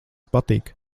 patīk